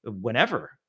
whenever